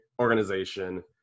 organization